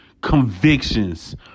convictions